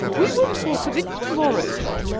we will talk of it to-morrow, john.